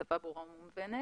בשפה ברורה ומובנת.